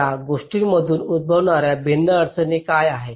या गोष्टींमधून उद्भवणार्या भिन्न अडचणी काय आहेत